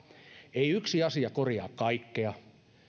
ei yksi asia korjaa kaikkea